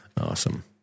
Awesome